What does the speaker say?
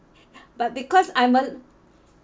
but because I'm a